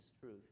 truth